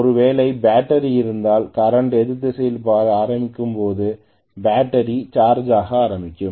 ஒருவேளை பேட்டரி இருந்தால் கரன்ட் எதிர்திசையில் பாய ஆரம்பிக்கும் போது பேட்டரி சார்ஜ் ஆக ஆரம்பிக்கும்